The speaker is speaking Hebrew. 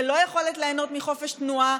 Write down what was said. ללא יכולת ליהנות מחופש תנועה,